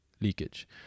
leakage